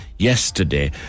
yesterday